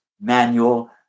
manual